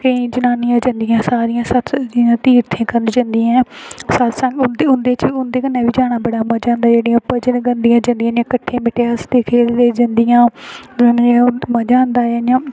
केईं जनानियां जंदियां सारियां सत्संग जियां तीर्थें करन जंदियां ऐ सत्संग उं'दे च उं'दे कन्नै बी जाना बड़ा मज़ा आंदा ऐ जेह्ड़ियां भजन गांदियां जंदियां इ'यां कट्ठियां अस दिखदे जंदियां ते मज़ा आंदा इ'यां